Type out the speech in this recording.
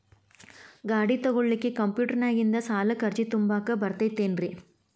ಗಾಡಿ ತೊಗೋಳಿಕ್ಕೆ ಕಂಪ್ಯೂಟೆರ್ನ್ಯಾಗಿಂದ ಸಾಲಕ್ಕ್ ಅರ್ಜಿ ತುಂಬಾಕ ಬರತೈತೇನ್ರೇ?